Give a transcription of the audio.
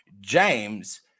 James